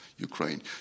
Ukraine